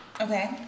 Okay